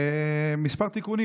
כמה תיקונים.